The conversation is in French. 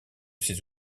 ces